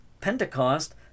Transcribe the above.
Pentecost